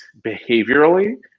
behaviorally